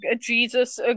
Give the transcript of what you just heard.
Jesus